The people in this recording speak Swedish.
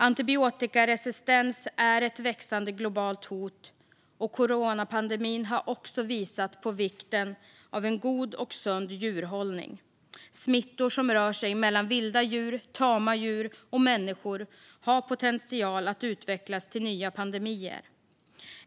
Antibiotikaresistens är ett växande globalt hot, och coronapandemin har också visat på vikten av en god och sund djurhållning. Smittor som rör sig mellan vilda djur, tama djur och människor har potential att utvecklas till nya pandemier.